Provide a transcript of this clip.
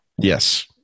yes